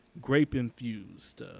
grape-infused